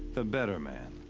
the better man.